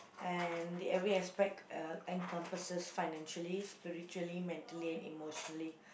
and the every aspect uh encompasses financially spiritually mentally and emotionally